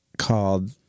called